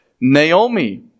Naomi